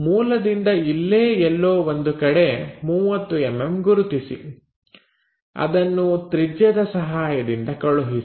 ಮೂಲದಿಂದ ಇಲ್ಲೇ ಎಲ್ಲೋ ಒಂದು ಕಡೆ 30mm ಗುರುತಿಸಿ ಅದನ್ನು ತ್ರಿಜ್ಯದ ಸಹಾಯದಿಂದ ಕಳುಹಿಸಿ